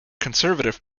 conservative